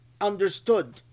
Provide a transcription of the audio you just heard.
understood